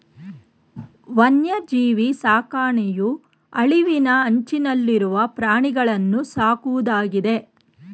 ವನ್ಯಜೀವಿ ಸಾಕಣೆಯು ಅಳಿವಿನ ಅಂಚನಲ್ಲಿರುವ ಪ್ರಾಣಿಗಳನ್ನೂ ಸಾಕುವುದಾಗಿದೆ